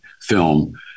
film